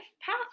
path